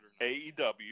AEW